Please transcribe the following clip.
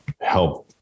help